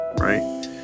right